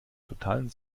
totalen